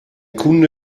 kunde